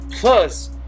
Plus